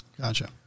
Gotcha